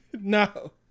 No